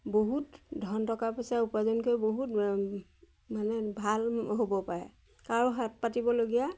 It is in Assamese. বহুত ধন টকা পইচা উপাৰ্জন কৰি বহুত মানে ভাল হ'ব পাৰে কাৰো হাত পাতিবলগীয়া